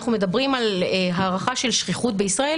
אנחנו מדברים על הערכה של שכיחות בישראל